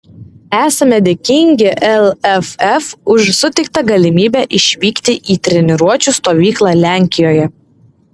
esame dėkingi lff už suteiktą galimybę išvykti į treniruočių stovyklą lenkijoje